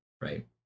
right